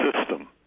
system